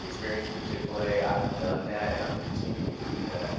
experiences at chick-fil-a, i've done that. and i'm continuing to do that.